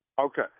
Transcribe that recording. Okay